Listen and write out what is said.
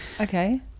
Okay